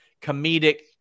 comedic